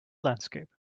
landscape